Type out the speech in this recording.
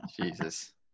Jesus